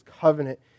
covenant